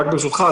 ברשותך,